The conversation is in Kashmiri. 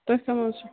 تُہۍ کَم حظ چھُو